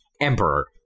emperor